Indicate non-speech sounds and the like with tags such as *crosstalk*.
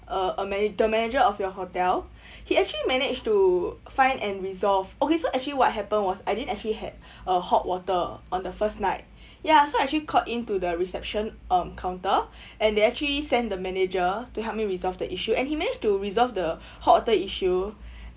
uh a mana~ the manager of your hotel *breath* he actually managed to find and resolve okay so actually what happened was I didn't actually had uh hot water on the first night ya so I actually called in to the reception um counter and they actually send the manager to help me resolve the issue and he managed to resolve the hot water issue *breath*